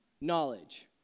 knowledge